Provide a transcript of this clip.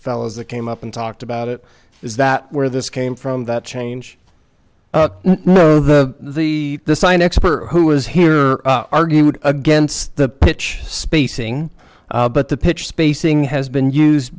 fellows that came up and talked about it is that where this came from that change the the design expert who was here argued against the pitch spacing but the pitch spacing has been used